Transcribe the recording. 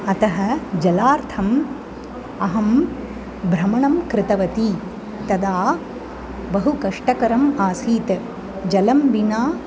अतः जलार्थम् अहं भ्रमणं कृतवती तदा बहु कष्टकरम् आसीत् जलं विना